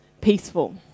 peaceful